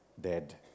dead